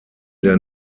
der